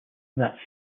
that